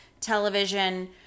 television